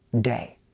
day